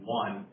one